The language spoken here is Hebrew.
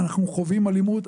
אנחנו חווים אלימות.